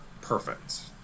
perfect